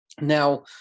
Now